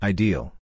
Ideal